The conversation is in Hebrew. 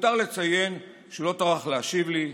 למותר לציין שלא טרח להשיב לי.